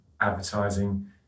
advertising